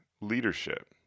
leadership